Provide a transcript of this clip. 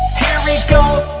we go, oh,